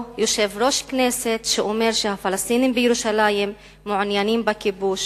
או יושב-ראש כנסת שאומר שהפלסטינים בירושלים מעוניינים בכיבוש,